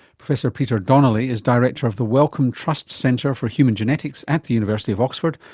professor peter donnelly is director of the wellcome trust centre for human genetics at the university of oxford,